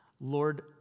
Lord